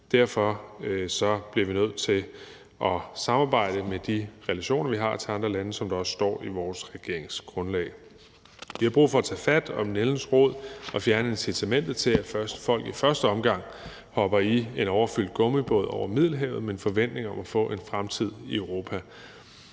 derfor bliver vi nødt til at samarbejde via de relationer, vi har til andre lande, som der også står i vores regeringsgrundlag. Vi har brug for at tage fat om nældens rod og fjerne incitamentet til, at folk i første omgang hopper i en overfyldt gummibåd og sejler over Middelhavet med en forventning om at få en fremtid i Europa.